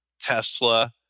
Tesla